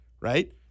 right